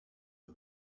the